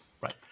Right